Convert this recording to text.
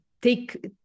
take